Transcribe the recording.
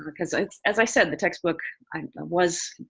because as i said, the textbook was,